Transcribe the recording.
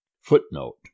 footnote